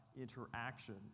interaction